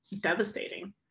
devastating